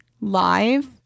live